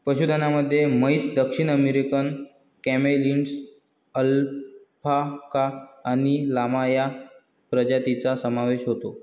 पशुधनामध्ये म्हैस, दक्षिण अमेरिकन कॅमेलिड्स, अल्पाका आणि लामा या प्रजातींचा समावेश होतो